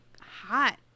hot